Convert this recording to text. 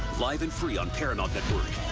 live and free on paramount network,